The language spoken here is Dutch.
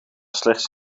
slechts